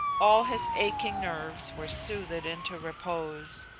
all his aching nerves were soothed into repose.